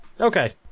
Okay